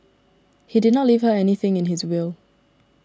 he did not leave her anything in his will